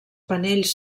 panells